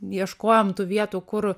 ieškojom tų vietų kur